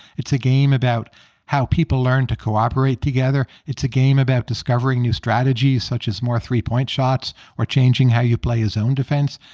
it's a game about how people learn to cooperate together. it's a game about discovering new strategies, such as more three point shots or changing how you play a zone defense.